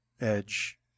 edge